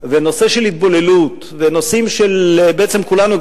והנושא של התבוללות ונושאים של בעצם כולנו,